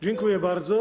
Dziękuję bardzo.